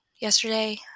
yesterday